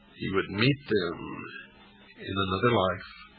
he would meet them in another life,